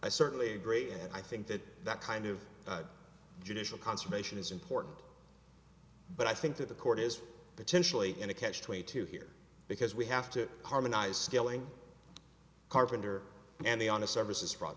i certainly agree and i think that that kind of judicial confirmation is important but i think that the court is potentially in a catch twenty two here because we have to harmonize scaling carpenter and the on the services fraud